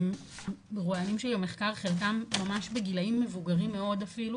מרואיינים שבמחקר חלקם ממש בגילאים מבוגרים מאוד אפילו